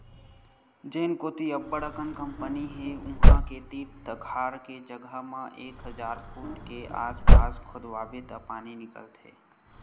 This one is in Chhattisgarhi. जेन कोती अब्बड़ अकन कंपनी हे उहां के तीर तखार के जघा म एक हजार फूट के आसपास खोदवाबे त पानी निकलथे